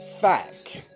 Fact